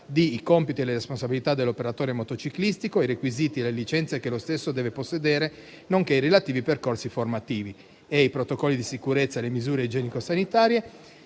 i compiti e le responsabilità dell'operatore motociclistico, i requisiti e le licenze che lo stesso deve possedere, nonché i relativi percorsi formativi; i protocolli di sicurezza e le misure igienico-sanitarie;